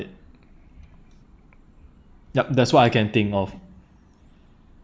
it yup that's what I can think of